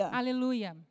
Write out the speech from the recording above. aleluia